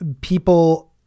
people